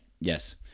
Yes